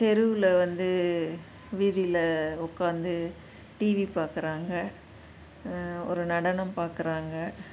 தெருவில் வந்து வீதியில் உக்காந்து டிவி பார்க்குறாங்க ஒரு நடனம் பார்க்குறாங்க